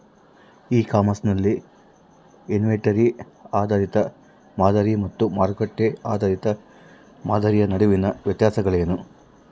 E commerce ನಲ್ಲಿ inventory ಆಧಾರಿತ ಮಾದರಿ ಮತ್ತು ಮಾರುಕಟ್ಟೆ ಆಧಾರಿತ ಮಾದರಿಯ ನಡುವಿನ ವ್ಯತ್ಯಾಸಗಳೇನು?